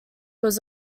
was